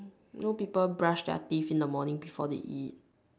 you know people brush their teeth in the morning before they eat